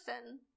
person